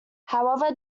however